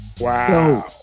Wow